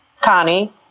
Connie